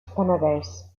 penedès